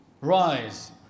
rise